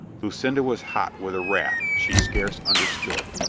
lucinda was hot with a wrath she scarce understood.